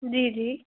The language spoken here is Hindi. जी जी